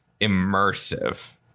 immersive